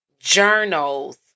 journals